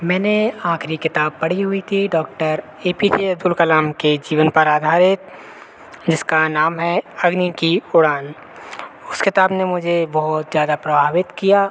मैंने आखिरी किताब पढ़ी हुई थी doctor A P J Abdul Kalam के जीवन पर आधारित जिसका नाम है अग्नि की उड़ान उस किताब ने मुझे बहुत ज़्यादा प्रभावित किया